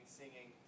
singing